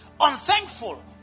Unthankful